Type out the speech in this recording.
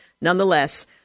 Nonetheless